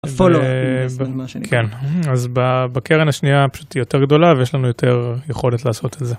כן אז בקרן השנייה היא פשוט יותר גדולה ויש לנו יותר יכולת לעשות את זה.